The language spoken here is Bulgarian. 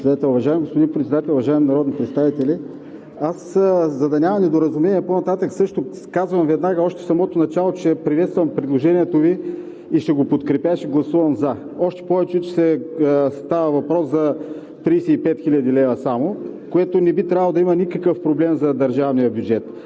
Уважаеми господин Председател, уважаеми народни представители! За да няма недоразумение по-нататък, също казвам веднага още в самото начало, че приветствам предложението Ви и ще го подкрепя, ще гласувам „за“, още повече че става въпрос само за 35 хил. лв., за което не би трябвало да има никакъв проблем за държавния бюджет.